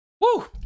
Woo